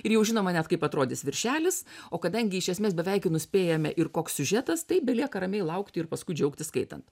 ir jau žinoma net kaip atrodys viršelis o kadangi iš esmės beveik nuspėjame ir koks siužetas tai belieka ramiai laukti ir paskui džiaugtis skaitant